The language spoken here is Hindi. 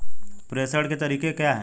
प्रेषण के तरीके क्या हैं?